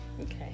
Okay